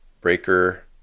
Breaker